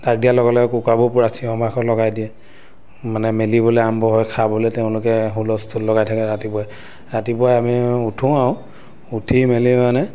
ডাক দিয়াৰ লগে লগে কুকাৰবোৰ পূৰা চিঞৰ বাখৰ লগাই দিয়ে মানে মেলিবলৈ আৰম্ভ হয় খাবলৈ তেওঁলোকে হুলস্থুল লগাই থাকে ৰাতিপুৱাই ৰাতিপুৱাই আমি উঠোঁ আৰু উঠি মেলি মানে